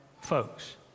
folks